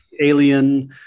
alien